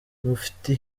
mufti